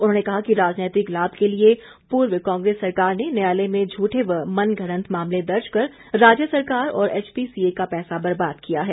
उन्होंने कहा कि राजनैतिक लाभ के लिए पूर्व कांग्रेस सरकार ने न्यायालय में झूठे व मन घडंत मामले दर्ज कर राज्य सरकार और एचपीसीए का पैसा बर्बाद किया है